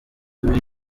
babiri